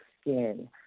skin